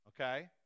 okay